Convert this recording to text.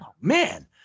Man